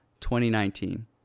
2019